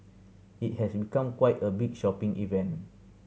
it has become quite a big shopping event